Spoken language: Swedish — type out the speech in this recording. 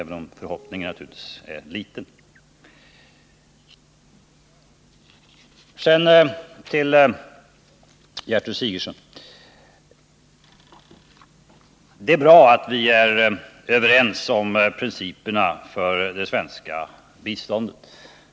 Sedan några ord till Gertrud Sigurdsen. Det är bra att vi är överens om principerna för det svenska biståndet.